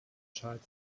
charles